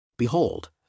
Behold